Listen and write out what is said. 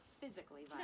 physically